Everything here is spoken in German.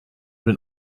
den